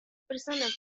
personas